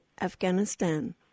Afghanistan